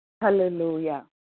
Hallelujah